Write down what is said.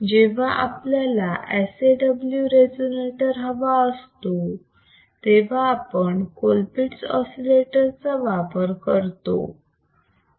जेव्हा आपल्याला SAW resonator हवा असतो तेव्हा आपण कोलपिट्स ऑसिलेटर चा वापर करतो